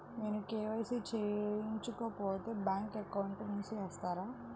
నేను కే.వై.సి చేయించుకోకపోతే బ్యాంక్ అకౌంట్ను మూసివేస్తారా?